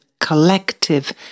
collective